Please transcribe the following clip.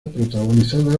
protagonizada